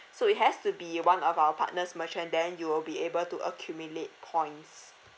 so it has to be one of our partners merchant then you will be able to accumulate points